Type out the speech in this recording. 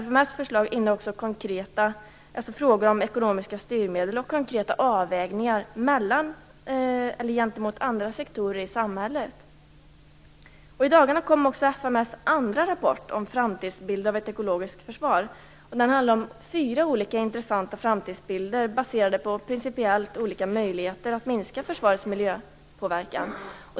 Fms förslag innehåller också frågor om ekonomiska styrmedel och konkreta avvägningar gentemot andra sektorer i samhället. I dagarna kom också fms andra rapport Framtidsbilder av ett ekologiskt försvar. Den handlar om fyra olika intressanta framtidsbilder baserade på principiellt olika möjligheter att minska försvarets miljöpåverkan.